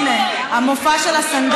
אבל אתה יודע מה, הינה, המופע של הסנדק.